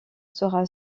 sera